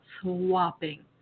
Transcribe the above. swapping